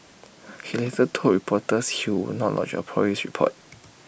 he later told reporters he would not lodge A Police report